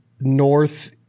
north